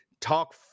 talk